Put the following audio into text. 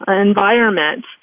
environment